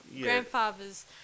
grandfather's